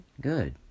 Good